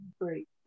Great